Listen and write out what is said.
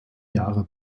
jahre